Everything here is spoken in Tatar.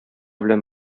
белән